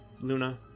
Luna